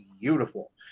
beautiful